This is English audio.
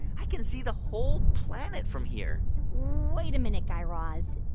i can see the whole planet from here wait a minute, guy raz.